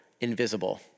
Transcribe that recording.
invisible